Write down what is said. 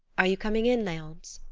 are you coming in, leonce?